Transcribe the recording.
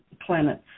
Planets